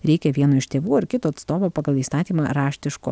reikia vieno iš tėvų ar kito atstovo pagal įstatymą raštiško